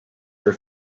were